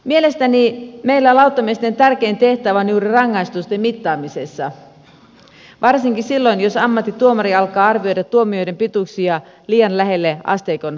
mielestäni meillä lautamiesten tärkein tehtävä on juuri rangaistusten mittaamisessa varsinkin silloin jos ammattituomari alkaa arvioida tuomioiden pituuksia liian lähelle asteikon alarajaa